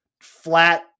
flat